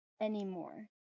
anymore